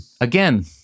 Again